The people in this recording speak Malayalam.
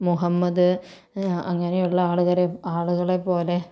മുഹമ്മദ് അങ്ങനെയുള്ള ആളുകര ആളുകളെ പോലെ